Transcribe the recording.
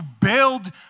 build